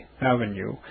Avenue